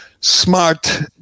smart